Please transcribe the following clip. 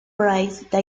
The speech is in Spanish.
price